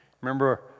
Remember